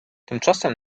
tymczasem